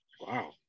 Wow